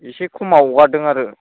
इसे खमाव हगारदों आरो